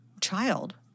child